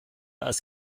als